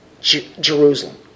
Jerusalem